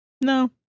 No